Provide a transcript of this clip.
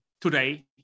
today